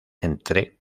entre